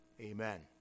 amen